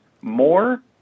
more